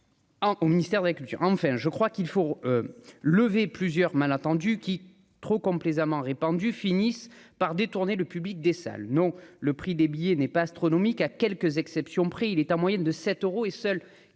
Au ministère de la culture, enfin je crois qu'il faut lever plusieurs malentendus qui trop complaisamment répandues finisse par détourner le public des salles non, le prix des billets n'est pas astronomiques, à quelques exceptions près, il est en moyenne de 7 euros et seuls